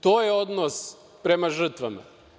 To je odnos prema žrtvama.